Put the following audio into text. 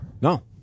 No